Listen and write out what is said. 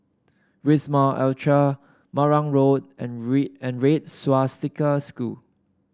Wisma Atria Marang Road and Red and Red Swastika School